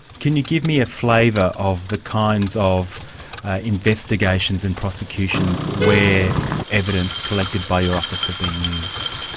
can you give me a flavour of the kinds of investigations and prosecutions where evidence collected by your office have been used?